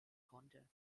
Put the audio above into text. konnte